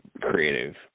creative